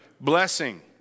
blessing